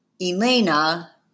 Elena